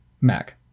Mac